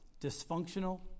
dysfunctional